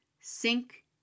Sink